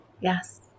Yes